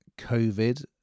COVID